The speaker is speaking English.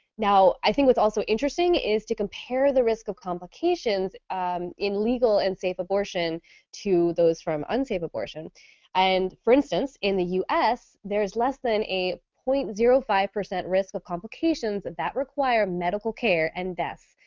now i think it's also interesting is to compare the risk of complications in legal and safe abortion to those from unsafe abortion and for instance in the us there's less than and a point zero five percent risk of complications that require medical care, and deaths